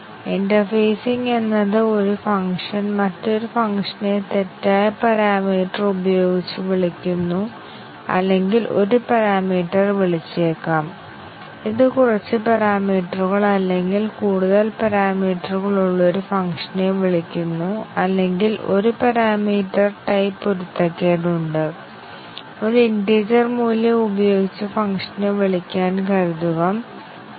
ഇപ്പോൾ നമുക്ക് ഈ സ്റ്റേറ്റ്മെൻറ് നോക്കാം അവിടെ നമുക്ക് ഒരു സ്റ്റേറ്റ്മെൻറ് ബ്ലോക്ക് ആയ B1 വേരിയബിൾ a നെ ഡിഫയിൻ ചെയ്യുന്നുണ്ട് തുടർന്ന് മറ്റ് വേരിയബിളുകൾ ഉപയോഗിക്കുന്ന ചില കണ്ടിഷനുകൾ ഉണ്ട്